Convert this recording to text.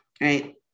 Right